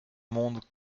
monde